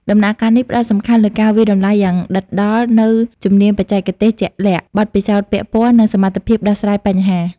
ដំណាក់កាលនេះផ្តោតសំខាន់លើការវាយតម្លៃយ៉ាងដិតដល់នូវជំនាញបច្ចេកទេសជាក់លាក់ បទពិសោធន៍ពាក់ព័ន្ធ និងសមត្ថភាពដោះស្រាយបញ្ហា។